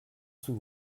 sous